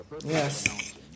Yes